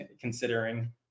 considering